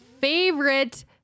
favorite